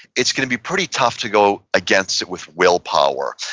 it's going to be pretty tough to go against it with willpower.